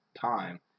time